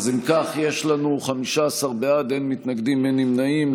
אם כך, יש לנו 15 בעד, אין מתנגדים, אין נמנעים.